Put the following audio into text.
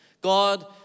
God